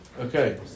okay